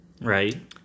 Right